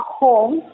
home